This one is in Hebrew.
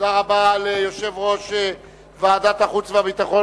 תודה רבה ליושב-ראש ועדת החוץ והביטחון,